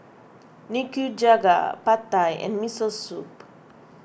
Nikujaga Pad Thai and Miso Soup